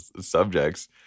subjects